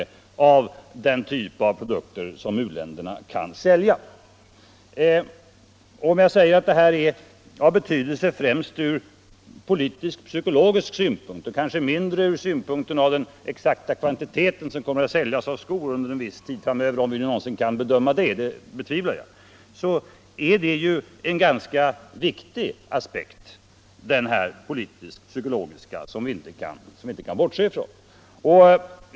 Om jag säger att det här har betydelse främst ur politisk-psykologisk synpunkt och kanske mindre med avseende på den exakta kvantiteten skor som kommer att säljas under en viss tid framöver — om vi någonsin kan bedöma det betvivlar jag — så menar jag att det är en viktig aspekt som vi inte kan bortse ifrån.